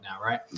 right